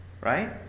right